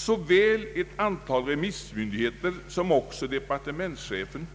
Såväl ett antal remissmyndigheter som departementschefen